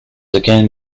again